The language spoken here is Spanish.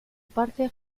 parte